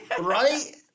Right